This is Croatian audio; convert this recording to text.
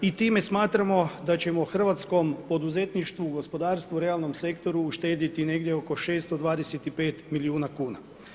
I time smatramo da ćemo hrvatskom poduzetništvu, gospodarstvu, realnom sektoru uštedjeti negdje oko 625 milijuna kuna.